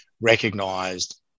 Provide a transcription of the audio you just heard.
recognised